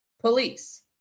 police